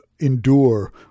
endure